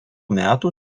metų